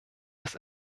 das